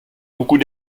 beaucoup